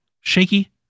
shaky